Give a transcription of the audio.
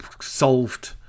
Solved